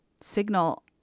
signal